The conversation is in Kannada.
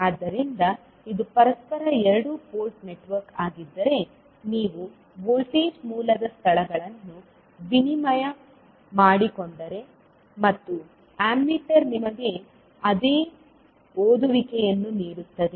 ಆದ್ದರಿಂದ ಇದು ಪರಸ್ಪರ ಎರಡು ಪೋರ್ಟ್ ನೆಟ್ವರ್ಕ್ ಆಗಿದ್ದರೆ ನೀವು ವೋಲ್ಟೇಜ್ ಮೂಲದ ಸ್ಥಳಗಳನ್ನು ವಿನಿಮಯ ಮಾಡಿಕೊಂಡರೆ ಮತ್ತು ಅಮ್ಮೀಟರ್ ನಿಮಗೆ ಅದೇ ಓದುವಿಕೆಯನ್ನು ನೀಡುತ್ತದೆ